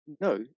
no